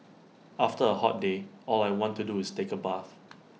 after A hot day all I want to do is take A bath